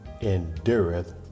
endureth